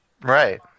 Right